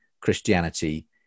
Christianity